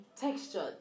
textured